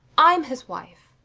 i'm his wife.